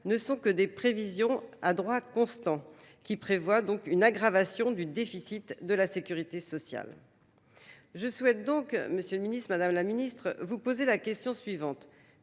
ne sont que des prévisions à droit constant qui prévoit donc une aggravation du déficit de la Sécurité sociale. Je souhaite donc, Monsieur le Ministre, Madame la Ministre, vous poser la question suivante.